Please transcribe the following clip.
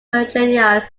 congenial